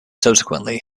subsequently